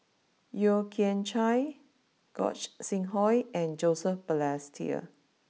Yeo Kian Chai Gog sing Hooi and Joseph Balestier